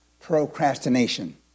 Procrastination